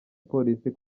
polisi